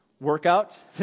workout